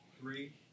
three